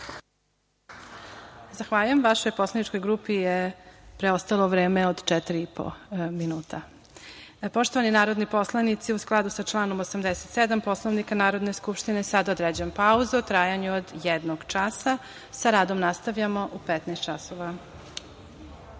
Zahvaljujem. Vašoj poslaničkoj grupi je preostalo vreme od četiri i po minuta. Poštovani narodni poslanici, u skladu sa članom 87. Poslovnika Narodne skupštine, sada određujem pauzu u trajanju od jednog časa. Sa radom nastavljamo u 15.00